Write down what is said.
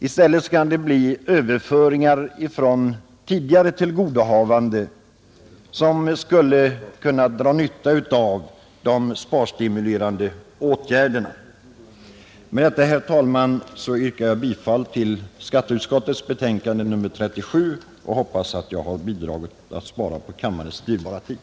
I stället skulle kanske människor dra nytta av de sparstimulerande åtgärderna genom överföringar från tidigare tillgodohavanden. Med detta, herr talman, yrkar jag bifall till skatteutskottets hemställan i betänkande nr 37 och hoppas att jag har bidragit till att spara in på kammarens dyrbara tid.